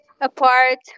apart